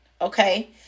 okay